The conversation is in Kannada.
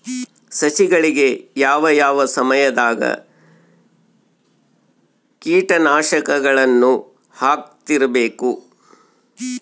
ಸಸಿಗಳಿಗೆ ಯಾವ ಯಾವ ಸಮಯದಾಗ ಕೇಟನಾಶಕಗಳನ್ನು ಹಾಕ್ತಿರಬೇಕು?